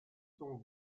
sont